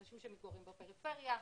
אנשים שמתגוררים בפריפריה.